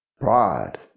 Pride